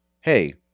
hey